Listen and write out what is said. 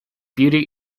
beauty